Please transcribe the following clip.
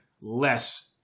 less